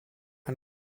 and